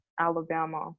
Alabama